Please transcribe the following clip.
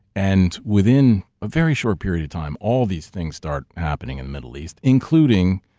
and within a very short period of time, all these things start happening in the middle east, including,